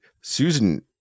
Susan